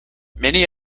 many